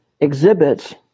exhibits